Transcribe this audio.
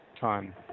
time